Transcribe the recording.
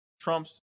Trump's